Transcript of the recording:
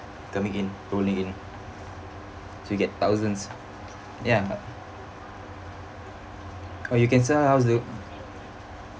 coming in rolling in so you get thousands ya or you can sell house to